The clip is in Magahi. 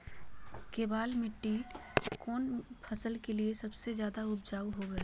केबाल मिट्टी कौन फसल के लिए सबसे ज्यादा उपजाऊ होबो हय?